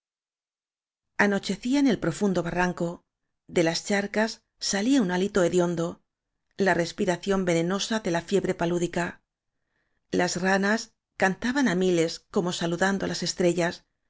anochecía en el profundo barranco de las charcas salía un hálito hediondo la respiración venenosa de la fiebre palúdica las ranas can taban á miles como saludando á las estrellas